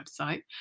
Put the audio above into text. website